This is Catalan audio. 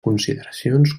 consideracions